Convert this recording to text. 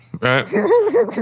right